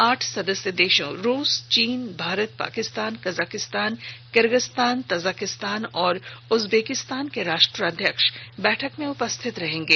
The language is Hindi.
आठ सदस्य देशों रूस चीन Bharat Pakistan Kazakhstan Kyrgyzstan Tajikistan और उजबेकिस्तान के राष्ट्राध्याक्ष बैठक में उपस्थित रहेंगे